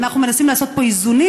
אנחנו מנסים לעשות פה איזונים.